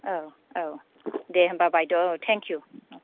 औ औ दे होमबा बायद' थेंकिउ